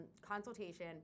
consultation